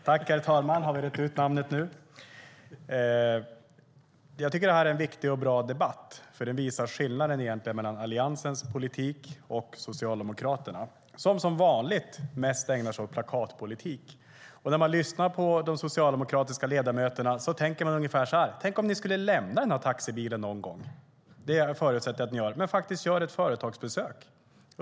Herr talman! Det här är en viktig och bra debatt. Den visar skillnaden mellan Alliansens politik och Socialdemokraterna, som som vanligt mest ägnar sig åt plakatpolitik. När man lyssnar på de socialdemokratiska ledamöterna tänker man ungefär så här: Tänk om ni skulle lämna taxibilen någon gång - det förutsätter jag att ni gör - och göra ett företagsbesök.